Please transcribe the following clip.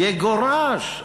יגורש,